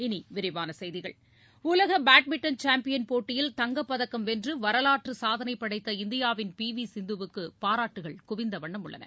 இனி விரிவான செய்திகள் உலக பேட்மிண்டன் சாம்பியன் போட்டியில் தங்கப்பதக்கம் வென்று வரவாற்று சாதனை படைத்த இந்தியாவின் பி வி சிந்து வுக்கு பாராட்டுகள் குவிந்தவண்ணம் உள்ளன